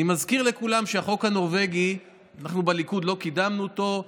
אני מזכיר לכולם שבליכוד לא קידמנו את החוק הנורבגי.